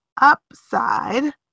upside